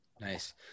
nice